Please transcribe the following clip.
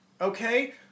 okay